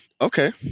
okay